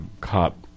cop